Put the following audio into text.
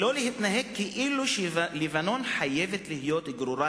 ולא להתנגד כאילו לבנון חייבת להיות גרורה